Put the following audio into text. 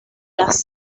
las